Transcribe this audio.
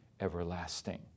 everlasting